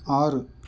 ஆறு